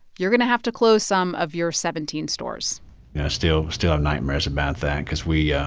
you're going to have to close some of your seventeen stores still still have nightmares about that cause we, yeah